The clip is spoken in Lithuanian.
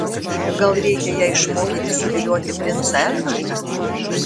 gal reikia ją išmokyti suvilioti princą edvardą